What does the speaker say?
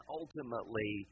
ultimately